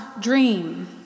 dream